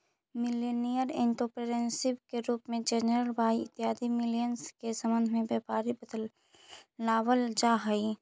millennial entrepreneurship के रूप में जेनरेशन वाई इत्यादि मिलेनियल्स् से संबंध व्यापारी के बतलावल जा हई